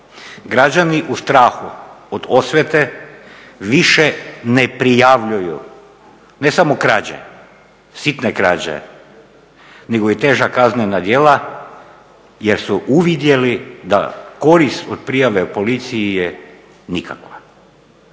Građani u strahu od osvete više ne prijavljuju ne samo krađe, sitne krađe, nego i teža kaznena djela jer su uvidjeli da korist od prijave policiji je nikakva.